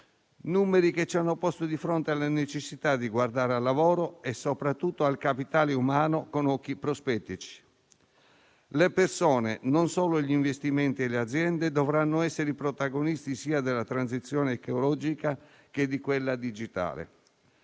numeri ci hanno posto di fronte alla necessità di guardare al lavoro e soprattutto al capitale umano con occhi prospettici. Le persone, non solo gli investimenti e le aziende, dovranno essere i protagonisti sia della transizione ecologica che di quella digitale,